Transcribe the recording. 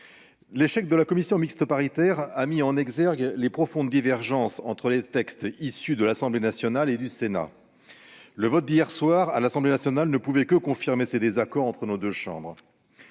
l'échec de la commission mixte paritaire a mis en exergue les profondes divergences entre les textes issus de l'Assemblée nationale et du Sénat. Le vote émis hier soir par nos collègues députés ne pouvait que confirmer les désaccords entre nos deux chambres.